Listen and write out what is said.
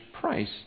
price